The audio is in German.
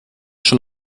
schon